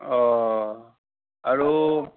অঁ আৰু